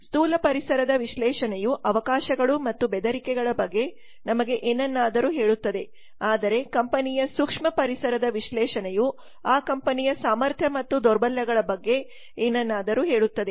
ಸ್ಥೂಲ ಪರಿಸರದ ವಿಶ್ಲೇಷಣೆಯು ಅವಕಾಶಗಳು ಮತ್ತು ಬೆದರಿಕೆಗಳ ಬಗ್ಗೆ ನಮಗೆ ಏನನ್ನಾದರೂ ಹೇಳುತ್ತದೆ ಆದರೆ ಕಂಪನಿಯ ಸೂಕ್ಷ್ಮ ಪರಿಸರದ ವಿಶ್ಲೇಷಣೆಯು ಆ ಕಂಪನಿಯ ಸಾಮರ್ಥ್ಯ ಮತ್ತು ದೌರ್ಬಲ್ಯಗಳ ಬಗ್ಗೆ ಏನನ್ನಾದರೂ ಹೇಳುತ್ತದೆ